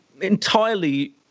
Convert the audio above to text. entirely